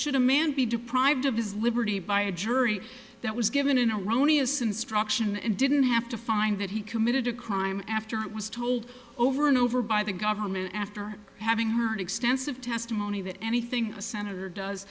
should a man be deprived of his liberty by a jury that was given an erroneous instruction and didn't have to find that he committed a crime after it was told over and over by the government after having heard extensive testimony that anything a senator does